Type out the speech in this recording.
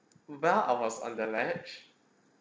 well I was undermatched